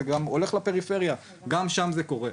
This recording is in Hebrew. זה גם הולך לפריפריה, גם שם זה קורה.